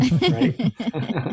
Right